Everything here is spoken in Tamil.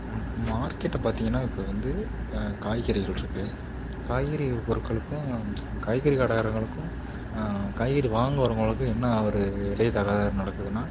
மார்க்கெட்டை பார்த்தீங்கன்னா இப்போ வந்து காய்கறிகள் இருக்கு காய்கறி பொருட்களுக்கும் இப்போ காய்கறி கடைகாரங்களுக்கும் காய்கறி வாங்க வரவங்களுக்கும் என்ன ஒரு இடைத்தகராறு நடக்குதுன்னா